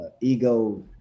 ego